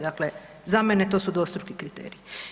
Dakle, za mene to su dvostruki kriteriji.